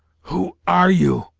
who are you?